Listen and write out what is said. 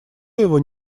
его